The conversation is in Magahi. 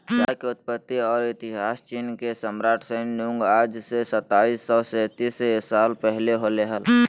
चाय के उत्पत्ति और इतिहासचीनके सम्राटशैन नुंगआज से सताइस सौ सेतीस साल पहले होलय हल